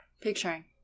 Picturing